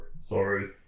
Sorry